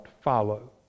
follow